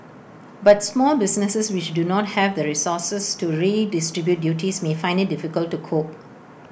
but small businesses which do not have the resources to redistribute duties may find IT difficult to cope